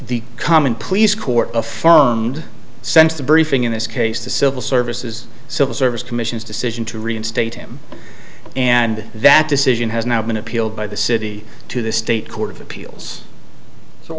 the common pleas court affirmed since the briefing in this case the civil services civil service commission's decision to reinstate him and that decision has now been appealed by the city to the state court of appeals so